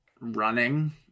running